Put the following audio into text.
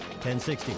1060